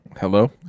hello